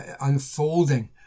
unfolding